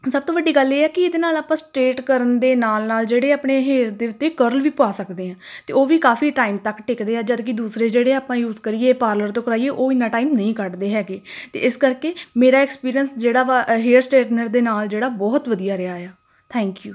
ਸਭ ਤੋਂ ਵੱਡੀ ਗੱਲ ਇਹ ਹੈ ਕਿ ਇਹਦੇ ਨਾਲ ਆਪਾਂ ਸਟਰੇਟ ਕਰਨ ਦੇ ਨਾਲ ਨਾਲ ਜਿਹੜੇ ਆਪਣੇ ਹੇਅਰ ਦੇ ਉੱਤੇ ਕਰਲ ਵੀ ਪਾ ਸਕਦੇ ਹਾਂ ਅਤੇ ਉਹ ਵੀ ਕਾਫੀ ਟਾਈਮ ਤੱਕ ਟਿਕਦੇ ਆ ਜਦੋਂ ਕਿ ਦੂਸਰੇ ਜਿਹੜੇ ਆਪਾਂ ਯੂਜ਼ ਕਰੀਏ ਪਾਰਲਰ ਤੋਂ ਕਰਵਾਈਏ ਉਹ ਇੰਨਾ ਟਾਈਮ ਨਹੀਂ ਕੱਢਦੇ ਹੈਗੇ ਤਾਂ ਇਸ ਕਰਕੇ ਮੇਰਾ ਐਕਸਪੀਰੀਅੰਸ ਜਿਹੜਾ ਵਾ ਅ ਹੇਅਰ ਸਟੇਟਨਰ ਦੇ ਨਾਲ ਜਿਹੜਾ ਬਹੁਤ ਵਧੀਆ ਰਿਹਾ ਆ ਥੈਂਕ ਯੂ